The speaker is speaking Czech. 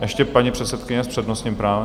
Ještě paní předsedkyně s přednostním právem.